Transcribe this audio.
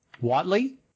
Watley